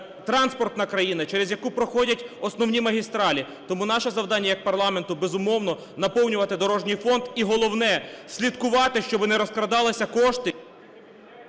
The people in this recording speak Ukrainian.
транспортна країна через яку проходять основні магістралі. Тому наше завдання, як парламенту, безумовно, наповнювати Дорожній фонд. І головне, слідкувати, щоби не розкрадалися кошти..